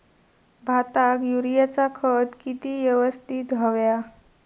भाताक युरियाचा खत किती यवस्तित हव्या?